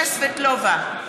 קסניה סבטלובה,